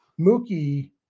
Mookie